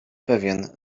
pewien